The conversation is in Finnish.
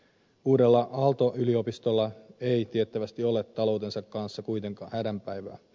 uudella aalto yliopistolla ei tiettävästi ole taloutensa kanssa kuitenkaan hädän päivää